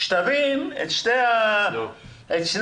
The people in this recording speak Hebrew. תבין את שני המצבים.